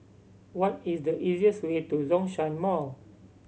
what is the easiest way to Zhongshan Mall